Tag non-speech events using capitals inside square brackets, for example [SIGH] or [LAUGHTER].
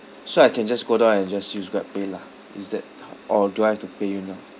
so I can just go down and just use GrabPay lah is that [NOISE] or do I have to pay you now